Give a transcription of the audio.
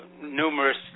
numerous